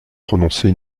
prononcer